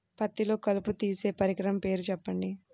పత్తిలో కలుపు తీసే పరికరము పేరు చెప్పండి